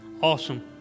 awesome